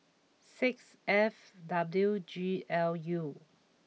six F W G L U